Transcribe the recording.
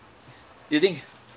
you think